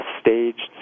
staged